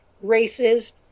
races